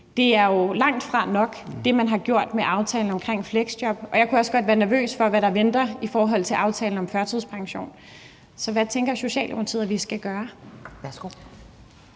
i ressourceforløb? Det, man har gjort med aftalen omkring fleksjob, er jo langtfra nok, og jeg kunne også godt være nervøs for, hvad der venter i forhold til aftalen om førtidspension. Så hvad tænker Socialdemokratiet vi skal gøre?